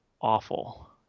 awful